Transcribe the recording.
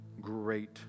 great